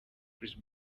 chris